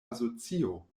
asocio